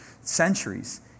centuries